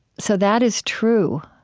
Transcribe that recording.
so that is true